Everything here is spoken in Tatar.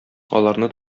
аларны